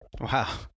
Wow